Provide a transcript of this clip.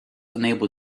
unable